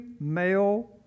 male